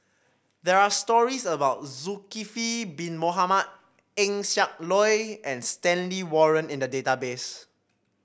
there are stories about Zulkifli Bin Mohamed Eng Siak Loy and Stanley Warren in the database